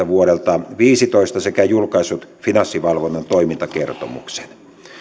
vuodelta viisitoista sekä julkaissut finanssivalvonnan toimintakertomuksen